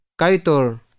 Kaitor